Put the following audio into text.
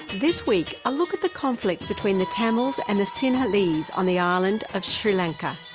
this week, a look at the conflict between the tamils and the sinhalese on the island of sri lanka.